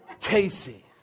Casey